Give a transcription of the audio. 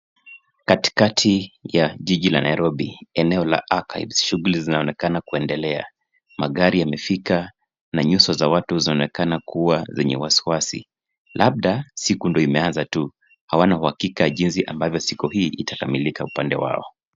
Katika ya jiji la Nairobi eneo la Archives, shughuli zinaonekana kuendelea. Magari amefika na nyuso za watu zinaonekana kuwa zenye wasiwasi. Labda siku ndio imeanzatu. Hawana uhakika jinsi siku hii itakamilika upande wao.